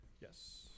Yes